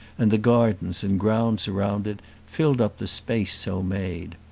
and the gardens and grounds around it filled up the space so made.